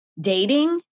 dating